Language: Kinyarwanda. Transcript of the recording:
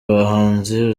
bahanzi